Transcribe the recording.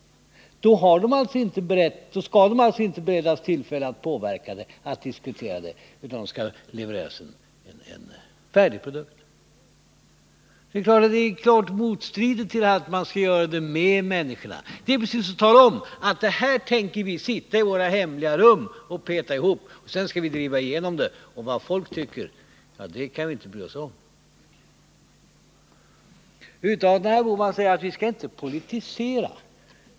Då skall medborgarna alltså inte beredas tillfälle att diskutera och påverka, utan det skall levereras en färdig produkt. Detta strider mot tanken att göra det med människorna. Det är precis som att tala om att ni tänker sitta i era hemliga rum och peta ihop någonting, varefter det skall drivas igenom. Vad folk tycker kan ni inte bry er om. Herr Bohman sade att vi inte skall politisera.